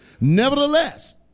Nevertheless